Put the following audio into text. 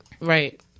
Right